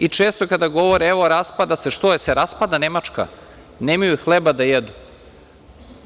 I često kada govore – evo, raspada se, što, jel se raspada Nemačka, nemaju hleba da jedu,